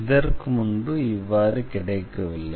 இதற்கு முன்பு இவ்வாறு கிடைக்கவில்லை